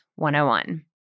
101